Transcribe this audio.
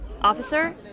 Officer